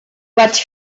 vaig